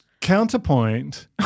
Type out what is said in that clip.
counterpoint